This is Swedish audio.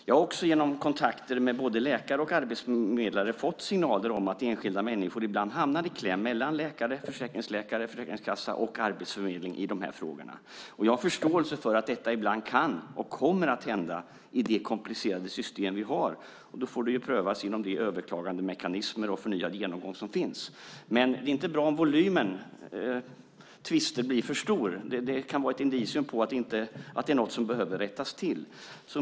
Jag har också genom kontakter med både läkare och arbetsförmedlare fått signaler om att enskilda människor ibland hamnar i kläm mellan läkare, försäkringsläkare, Försäkringskassan och Arbetsförmedlingen i dessa frågor. Jag har förståelse för att detta ibland kan och kommer att hända i det komplicerade system vi har. Det får då prövas inom de mekanismer för överklagande och förnyad genomgång som finns. Men det är inte bra om volymen tvister blir för stor. Det kan vara ett indicium på att det är någonting som behöver rättas till.